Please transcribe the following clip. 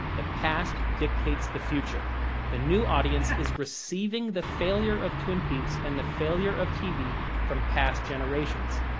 the past dictates the future the new audience is receiving the failure of twin peaks and the failure of tv from past generations,